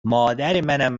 مادرمنم